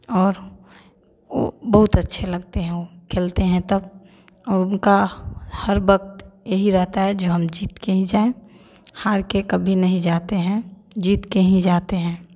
और वो बहुत अच्छे लगते हैं वो खेलते हैं तब और उनका हर वक्त यही रहता है जो हम जीत कर ही जाएं हार के कभी नहीं जाते हैं जीत के ही जाते हैं